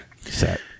Set